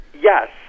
Yes